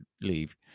leave